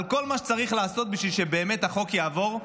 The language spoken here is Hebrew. על כל מה שצריך לעשות בשביל שבאמת החוק יעבור.